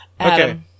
Okay